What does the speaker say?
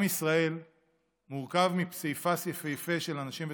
עם ישראל מורכב מפסיפס יפהפה של אנשים ותרבויות,